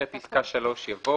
אחרי פסקה (3) יבוא: